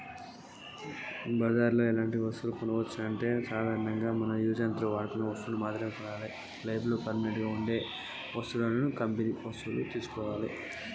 బజార్ లో మనం ఎలాంటి వస్తువులు కొనచ్చు?